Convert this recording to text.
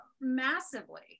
massively